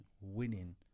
winning